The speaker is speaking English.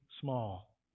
small